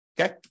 okay